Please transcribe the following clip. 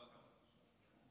כנסת נכבדה,